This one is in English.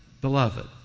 beloved